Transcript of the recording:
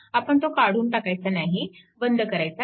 आपण तो काढून टाकायचा नाही बंद करायचा नाही